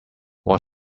what